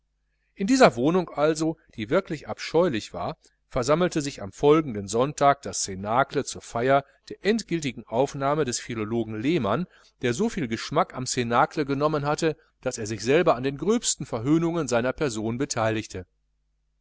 in dieser wohnung also die wirklich abscheulich war versammelte sich am folgenden sonntage das cnacle zur feier der endgiltigen aufnahme des philologen lehmann der soviel geschmack am cnacle genommen hatte daß er sich selber an den gröbsten verhöhnungen seiner person beteiligte